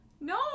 No